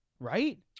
Right